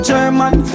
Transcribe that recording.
German